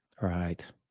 right